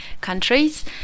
countries